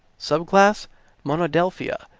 subclass monodelphia,